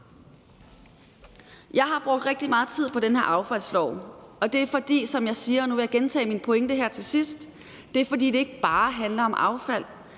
Jeg har brugt rigtig meget tid på den her affaldslov, og det er, som jeg siger – og nu vil jeg gentage min pointe her til sidst – fordi det ikke bare handler om affald;